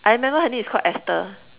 I remember her name is Called Esther